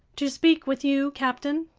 to speak with you, captain.